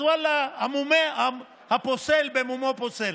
אז ואללה, הפוסל במומו פוסל,